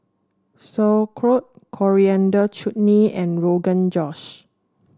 Sauerkraut Coriander Chutney and Rogan Josh